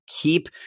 keep